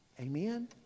Amen